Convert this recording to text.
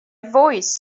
voice